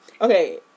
okay